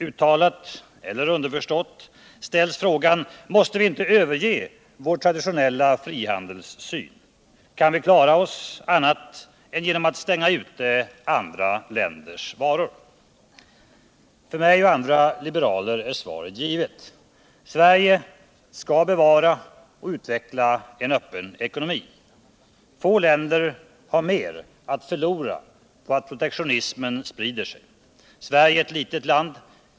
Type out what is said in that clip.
Uttalat eller underförstått ställs frågan: Måste vi inte överge vår traditionella frihandelssyn, kan vi klara oss annat än genom att stänga ute andra länders varor? För mig och andra liberaler är svaret givet: Sverige skall bevara och utveckla en öppen ekonomi. Få länder har mer att förlora på att protektionismen sprider sig. Sverige är ett litet land.